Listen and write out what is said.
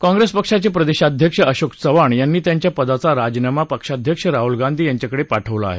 काँप्रेस पक्षाचे प्रदेशाध्यक्ष अशोक चव्हाण यांनी त्यांच्या पदाचा राजीनामा पक्षाध्यक्ष राहूल गांधी यांच्याकडे पाठवला आहे